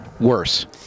worse